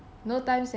no time sia